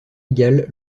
égale